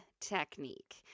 technique